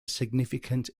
significant